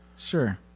Sure